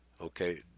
Okay